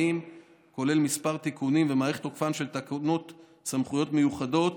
40 כולל כמה תיקונים והארכת תוקפן של תקנות סמכויות מיוחדות,